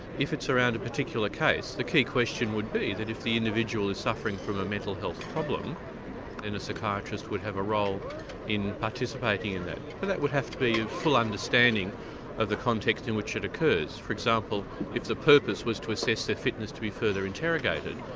if it's around a particular case, the key question would be that if the individual is suffering from a mental health problem then a psychiatrist would have a role in participating in that and that would have to be in full understanding of the context in which it occurs. for example if the purpose was to assess their fitness to be further interrogated,